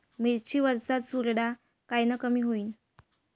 मिरची वरचा चुरडा कायनं कमी होईन?